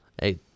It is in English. Hey